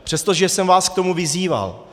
Přestože jsem vás k tomu vyzýval.